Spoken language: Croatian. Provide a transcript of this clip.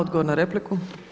Odgovor na repliku.